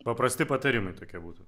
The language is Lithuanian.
paprasti patarimai tokie būtų